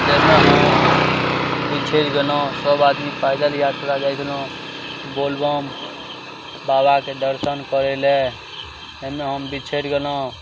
हम बिछैर गेलहुॅं सब आदमी पैदल यात्रा जाइ छलहुॅं बोलबम बाबाके दर्शन करय लए जाहिमे हम बिछैर गेलहुॅं